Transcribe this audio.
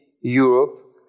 Europe